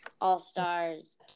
All-Stars